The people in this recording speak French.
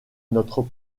notre